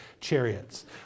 chariots